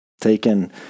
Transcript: taken